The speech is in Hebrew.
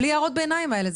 בלי הערות הביניים האלה,